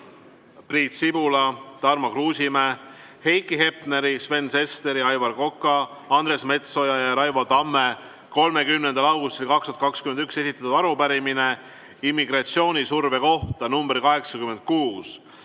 Priit Sibula, Tarmo Kruusimäe, Heiki Hepneri, Sven Sesteri, Aivar Koka, Andres Metsoja ja Raivo Tamme 30. augustil 2021 esitatud arupärimine immigratsioonisurve kohta, nr 86.